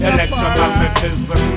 Electromagnetism